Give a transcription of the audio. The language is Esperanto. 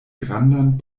grandan